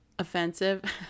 offensive